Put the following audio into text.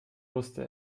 wusste